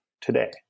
today